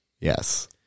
Yes